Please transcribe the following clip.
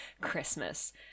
christmas